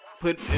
put